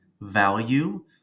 value